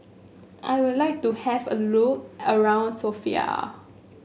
I would like to have a look around Sofia